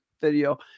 video